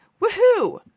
woohoo